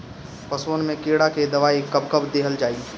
पशुअन मैं कीड़ा के दवाई कब कब दिहल जाई?